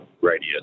radius